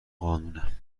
قانونه